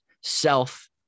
self